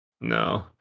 No